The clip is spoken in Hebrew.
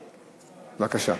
בבקשה.